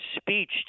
speech